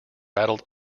rattled